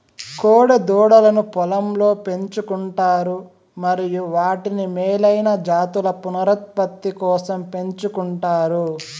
కోడె దూడలను పొలంలో పెంచు కుంటారు మరియు వాటిని మేలైన జాతుల పునరుత్పత్తి కోసం పెంచుకుంటారు